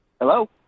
Hello